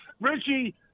Richie